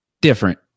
Different